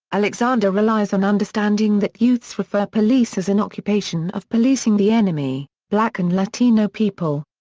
alexander relies on understanding that youths refer police as an occupation of policing the enemy, black and latino people.